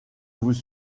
vous